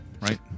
Right